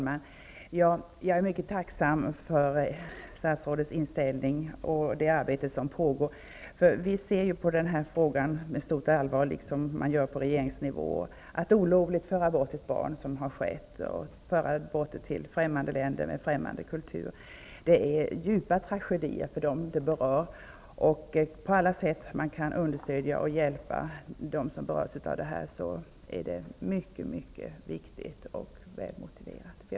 Fru talman! Jag är mycket tacksam för statsrådets inställning och för det arbete som pågår. Vi ser på denna fråga med stort allvar liksom man gör på regeringsnivå. Att olovligt föra bort ett barn till främmande länder med främmande kultur innebär djupa tragedier för dem det berör. Det är mycket viktigt och välmotiverat att man på alla sätt försöker understödja och hjälpa dem som berörs.